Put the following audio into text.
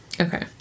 Okay